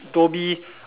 dolby